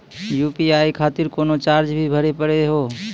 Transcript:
UPI खातिर कोनो charge भी भरी पड़ी हो?